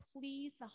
please